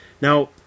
Now